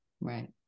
Right